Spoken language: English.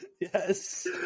Yes